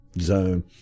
zone